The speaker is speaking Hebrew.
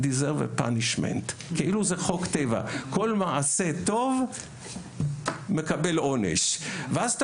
מקבל עונש כאילו זה מעשה טבע ואז אתה